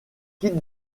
quitte